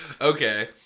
Okay